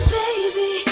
baby